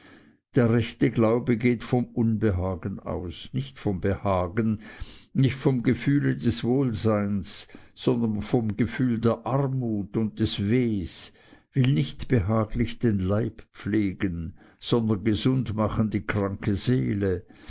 der rechte glaube geht vom unbehagen aus nicht vom behagen nicht vom gefühle des wohlseins sondern vom gefühl der armut und des wehs will nicht behaglich den leib pflegen sondern gesund machen die kranke seele